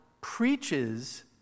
preaches